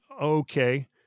Okay